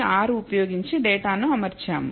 R ఉపయోగించి డేటాను అమర్చాము